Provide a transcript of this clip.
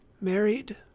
married